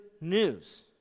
news